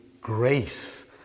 grace